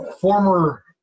former